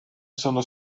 sono